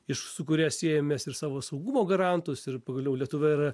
iš su kuria siejam mes ir savo saugumo garantus ir pagaliau lietuva yra